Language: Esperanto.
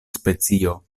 specio